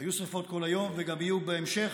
היו שרפות כל היום וגם יהיו בהמשך,